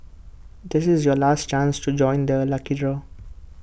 this is your last chance to join the lucky draw